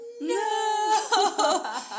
no